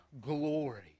glory